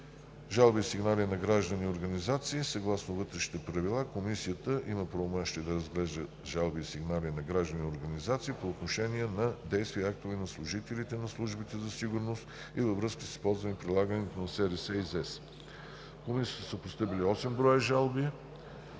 Жалби и сигнали от граждани и организации. Съгласно Вътрешните правила Комисията има правомощия да разглежда жалби и сигнали на граждани и организации по отношение на действия и актове на служителите на службите за сигурност и във връзка с използването и прилагането на СРС и ЗЕС. В Комисията са постъпили осем броя жалби